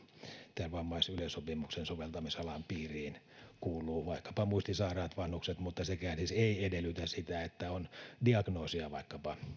tämän vammaisyleissopimuksen soveltamisalan piiriin kuuluvat vaikkapa muistisairaat vanhukset mutta sekään siis ei edellytä sitä että on diagnoosi vaikkapa